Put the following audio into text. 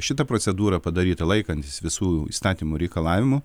šita procedūra padaryta laikantis visų įstatymų reikalavimų